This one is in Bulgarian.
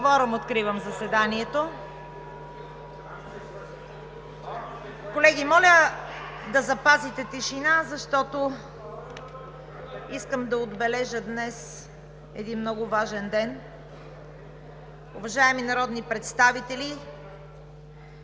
Има кворум. Откривам заседанието. Колеги, моля да запазите тишина, защото искам да отбележа днес един много важен ден. Уважаеми народни представители,